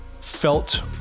felt